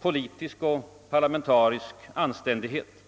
politisk och parlamentarisk anständighet.